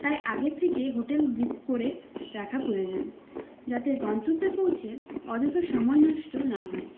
তাই আগে থেকে হোটেল বুক করে রাখা প্রয়োজন যাতে গন্তব্যে পৌঁছে অহেতুক সময় নষ্ট না হয়